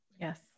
Yes